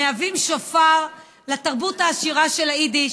הם שופר לתרבות העשירה של היידיש,